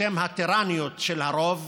בשם הטירניות של הרוב,